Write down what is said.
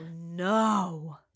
no